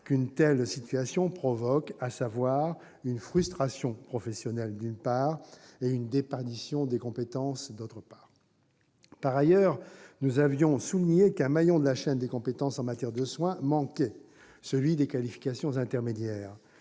qu'une telle situation provoque, à savoir une frustration professionnelle, d'une part, et une déperdition de compétences, d'autre part. Par ailleurs, nous avions souligné qu'un maillon de la chaîne des compétences en matière de soins manquait, celui des qualifications intermédiaires.